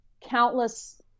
countless